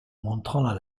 montrant